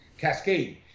Cascade